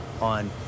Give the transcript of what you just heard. on